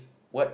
what